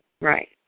Right